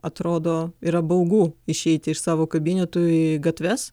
atrodo yra baugu išeiti iš savo kabinetų į gatves